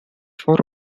for